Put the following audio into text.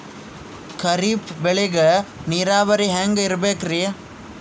ಖರೀಫ್ ಬೇಳಿಗ ನೀರಾವರಿ ಹ್ಯಾಂಗ್ ಇರ್ಬೇಕರಿ?